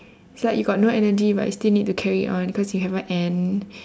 it's like you got no energy but you still need to carry on because you haven't end